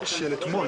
הכול.